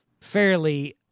fairly